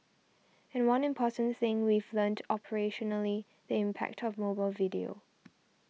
and one important thing we've learnt operationally the impact of mobile video